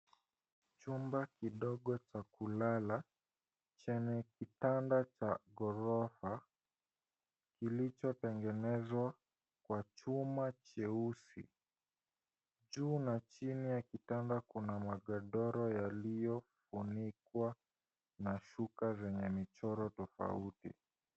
Chumba kidogo cha kulala chenye kitanda cha ghorofa kilichotengenezwa kwa chuma jeusi. Juu na chini ya kitanda kuna magodoro yaliyofunikwa na shuka zenye michoro tofauti.